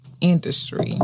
industry